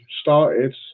started